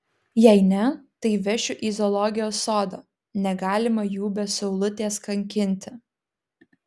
jei ne tai vešiu į zoologijos sodą negalima jų be saulutės kankinti